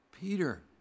Peter